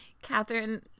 Catherine